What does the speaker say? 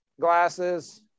glasses